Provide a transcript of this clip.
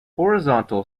horizontal